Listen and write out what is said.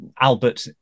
Albert